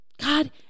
God